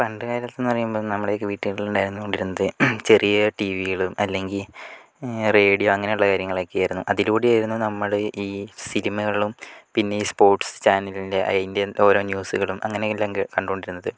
പണ്ടുകാലത്തു എന്ന് പറയുമ്പോൾ നമ്മുടെയൊക്കെ വീട്ടില് ഉണ്ടായിരുന്നു കൊണ്ടിരുന്നത് ചെറിയ ടീവികളും അല്ലെങ്കിൽ റേഡിയോ അങ്ങനെയുള്ള കാര്യങ്ങൾ ഒക്കെയായിരുന്നു അതിലൂടെയായിരുന്നു നമ്മൾ ഈ സിനിമകളും പിന്നെ സ്പോർട്സ് ചാനലിൻ്റെ അതിൻ്റെ ഓരോ ന്യൂസുകളും അങ്ങനെയെല്ലാം കണ്ടോണ്ടിരുന്നത്